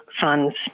funds